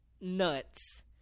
nuts